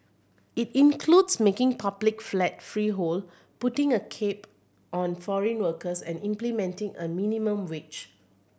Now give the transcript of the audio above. it includes making public flats freehold putting a cap on foreign workers and implementing a minimum wage